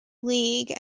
league